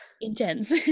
intense